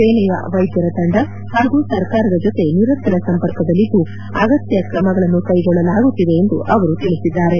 ಸೇನೆಯ ವೈದ್ದರ ತಂಡ ಹಾಗೂ ಸರಕಾರದ ಜತೆ ನಿರಂತರ ಸಂಪರ್ಕದಲ್ಲಿದ್ದು ಅಗತ್ಯ ಕ್ರಮಗಳನ್ನು ಕೈಗೊಳ್ಳಲಾಗುತ್ತಿದೆ ಎಂದು ಅವರು ತಿಳಿಸಿದ್ದಾರೆ